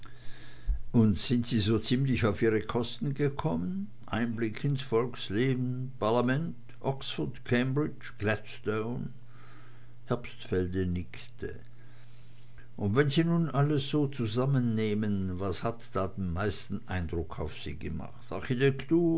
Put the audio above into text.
und sind sie so ziemlich auf ihre kosten gekommen einblick ins volksleben parlament oxford cambridge gladstone herbstfelde nickte und wenn sie nun so alles zusammennehmen was hat da so den meisten eindruck auf sie gemacht